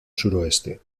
suroeste